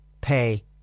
pay